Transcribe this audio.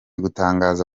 gutangaza